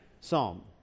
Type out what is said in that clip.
psalm